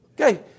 Okay